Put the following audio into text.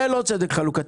אבל זה לא צדק חלוקתי,